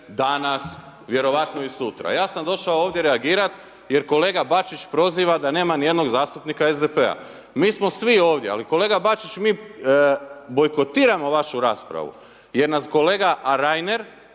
danas vjerojatno i sutra. Ja sam došao ovdje reagirati jer kolega Baćić proziva da nema ni jednog zastupnika SDP-a. Mi smo svi ovdje, ali kolega Bačić mi bojkotiramo vašu raspravu. Jer nas kolega Reiner